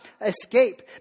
escape